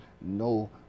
no